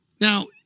Now